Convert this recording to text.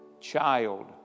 Child